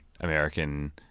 American